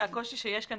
הקושי שיש כאן,